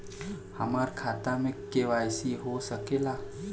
हमार खाता में के.वाइ.सी हो सकेला?